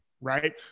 right